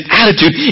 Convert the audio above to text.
attitude